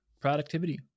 productivity